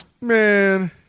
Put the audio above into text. man